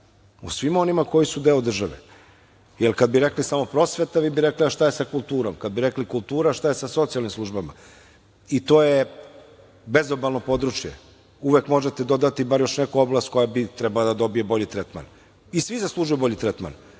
o svima onima koji su deo državi, jer kada bi rekli – samo prosveta, vi bi rekli – a šta je sa kulturom. Kada bismo rekli - kultura, vi biste reli – a šta je sa socijalnim službama i to je bezobalno područje. Uvek možete dodati bar još neku oblast koja bi trebala da dobije bolji tretman. Svi zaslužuju bolji tretman,